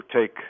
take